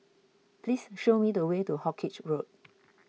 please show me the way to Hawkinge Road